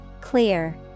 Clear